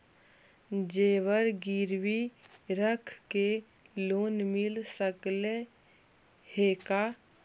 जेबर गिरबी रख के लोन मिल सकले हे का?